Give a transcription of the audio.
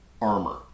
armor